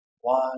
one